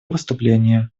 выступление